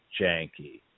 janky